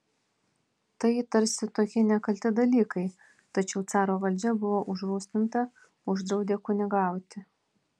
tai tarsi tokie nekalti dalykai tačiau caro valdžia buvo užrūstinta uždraudė kunigauti